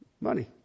Money